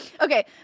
Okay